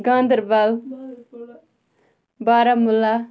Ganderbal Baramulla